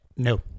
No